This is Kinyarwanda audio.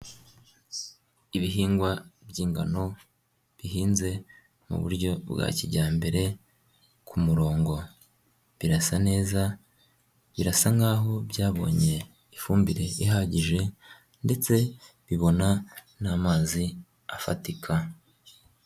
Ibihingwa by'ingano bihinze mu buryo bwa kijyambere kumurongo. Birasa neza, birasa nk'aho byabonye ifumbire ihagije ndetse bibona n'amazi afatika.